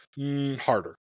Harder